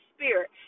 Spirit